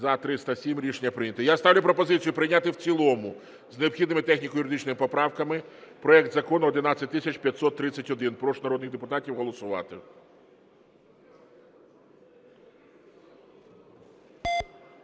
За-307 Рішення прийнято. Я ставлю пропозицію прийняти в цілому з необхідними техніко-юридичними поправками проект Закону 11531. Прошу народних депутатів голосувати.